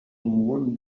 won